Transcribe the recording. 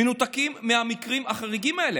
מנותקים מהמקרים החריגים האלה.